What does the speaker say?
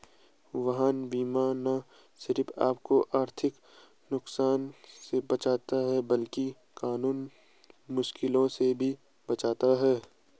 वाहन बीमा न सिर्फ आपको आर्थिक नुकसान से बचाता है, बल्कि कानूनी मुश्किलों से भी बचाता है